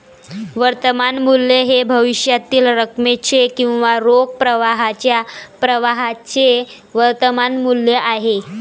वर्तमान मूल्य हे भविष्यातील रकमेचे किंवा रोख प्रवाहाच्या प्रवाहाचे वर्तमान मूल्य आहे